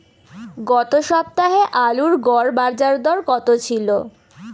গত সপ্তাহে আলুর গড় বাজারদর কত ছিল?